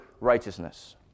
righteousness